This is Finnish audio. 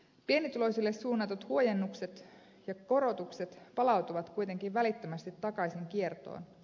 pienituloisille suunnatut huojennukset ja korotukset palautuvat kuitenkin välittömästi takaisin kiertoon